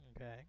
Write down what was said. Okay